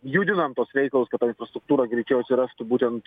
judinam tuos reikalus kad ta infrastruktūra greičiau surastų būtent